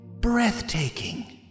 breathtaking